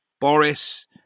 Boris